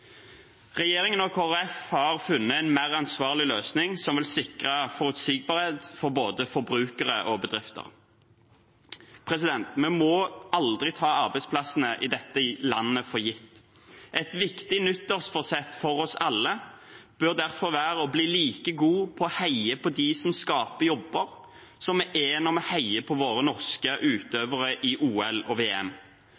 Regjeringen og Kristelig Folkeparti har funnet en mer ansvarlig løsning som vil sikre forutsigbarhet for både forbrukere og bedrifter. Vi må aldri ta arbeidsplassene i dette landet for gitt. Et viktig nyttårsforsett for oss alle bør derfor være å bli like gode på å heie på dem som skaper jobber, som vi er når vi heier på våre norske